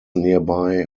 nearby